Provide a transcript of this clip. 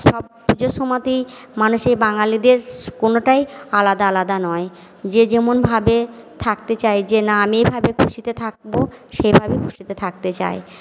সব পুজোর সময়তেই মানুষের বাঙালিদের কোনোটাই আলাদা আলাদা নয় যে যেমনভাবে থাকতে চায় যে না আমি এভাবে খুশিতে থাকবো সেভাবেই খুশিতে থাকতে চায়